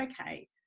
okay